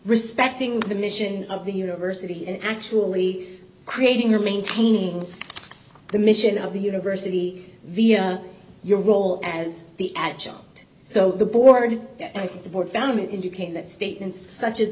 respecting the mission of the university and actually creating or maintaining the mission of the university via your role as the adjunct so the board and the board found it indicated that statement such as